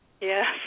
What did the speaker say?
yes